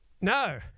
No